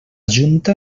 junta